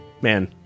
Man